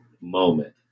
moment